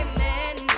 Amen